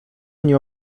mnie